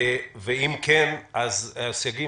אם כן, אז בסייגים.